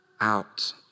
out